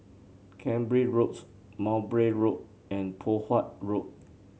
Cambridge Road Mowbray Road and Poh Huat Road